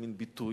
לידי ביטוי,